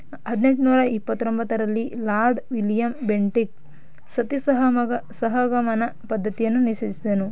ಹದಿನೆಂಟ್ನೂರ ಇಪ್ಪತ್ರೊಂಬತ್ತರಲ್ಲಿ Lord William Bentinck sati ಸಹ ಮಗ ಸಹಗಮನ ಪದ್ಧತಿಯನ್ನು ನಿಷೇಧಿಸಿದನು